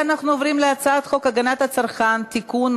ההצעה להעביר את הצעת חוק המתווכים במקרקעין (תיקון,